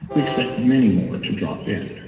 we expect many more to drop in.